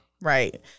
Right